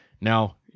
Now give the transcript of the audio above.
Now